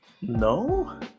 no